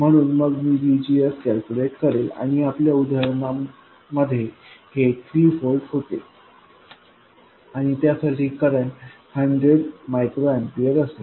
म्हणून मग मीVGSकॅल्क्युलेट करेल आणि आपल्या उदाहरणामध्ये हे 3 व्होल्ट होते आणि त्यासाठी करंट 100 मायक्रो एम्पीयर असेल